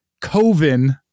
Coven